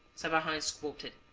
savarin is quoted,